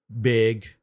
Big